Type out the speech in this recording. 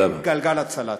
אין גלגל הצלה.